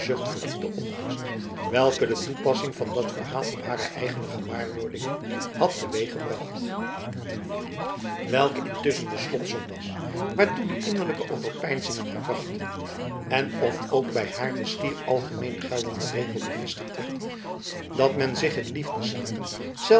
de onrust welke de toepassing van dat verhaal op hare eigene gewaarwordingen had teweeggebracht welke intusschen de slotsom was waartoe die innerlijke overpeinzingen haar brachten en of ook bij haar de schier algemeen geldende regel bevestigd werd dat men zich in liefdeszaken zelden